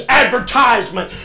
advertisement